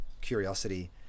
curiosity